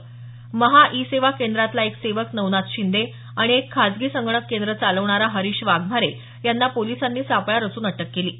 महा e Seva केंद्रातला एक सेवक नवनाथ शिंदे आणि एक खाजगी संगणक केंद्र चालवणारा हरीश वाघमारे यांना पोलिसांनी सापळा रचून अटक केली आहे